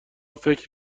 فکر